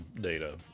data